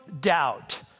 doubt